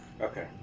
Okay